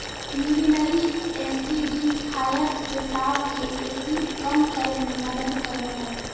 urinary acidifiers पेशाब के acid कम करे मे मदद करो हय